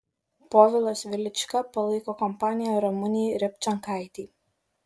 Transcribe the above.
povilas velička palaiko kompaniją ramunei repčenkaitei